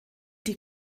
die